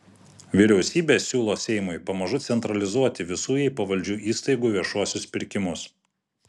vyriausybė siūlo seimui pamažu centralizuoti visų jai pavaldžių įstaigų viešuosius pirkimus